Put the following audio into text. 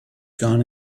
gone